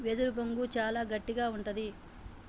వెదురు బొంగు చాలా గట్టిగా ఉంటది